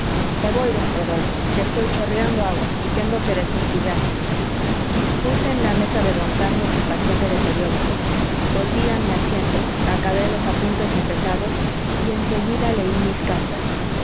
me voy don rodolfo que estoy chorreando agua y tengo que desensillar puse en la mesa de don carlos el paquete de periódicos volví a mi asiento acabé los apuntes empezados y en seguida leí mis cartas